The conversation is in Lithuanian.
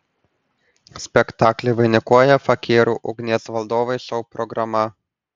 spektaklį vainikuoja fakyrų ugnies valdovai šou programa